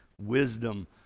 wisdom